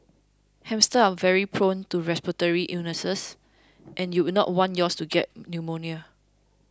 hamsters are very prone to respiratory illnesses and you would not want yours to get pneumonia